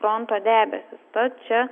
fronto debesys tad čia